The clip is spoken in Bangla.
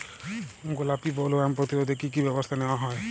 গোলাপী বোলওয়ার্ম প্রতিরোধে কী কী ব্যবস্থা নেওয়া হয়?